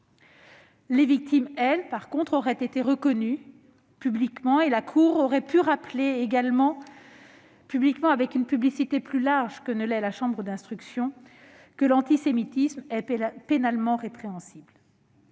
Les victimes, elles, auraient été reconnues publiquement et la cour aurait pu rappeler, également publiquement, avec un écho plus large que celui de la chambre de l'instruction, que l'antisémitisme est pénalement répréhensible.